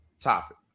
topic